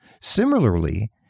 Similarly